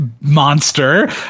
Monster